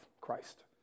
Christ